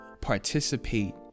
participate